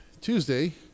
Tuesday